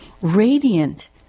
radiant